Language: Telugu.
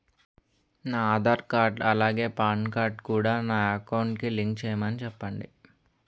నా ఆధార్ కార్డ్ అలాగే పాన్ కార్డ్ కూడా నా అకౌంట్ కి లింక్ చేయమని చెప్పండి